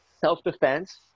self-defense